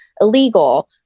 illegal